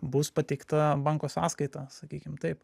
bus pateikta banko sąskaita sakykim taip